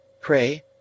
Pray